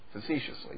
facetiously